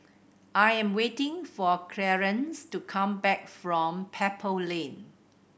I am waiting for Clarence to come back from Pebble Lane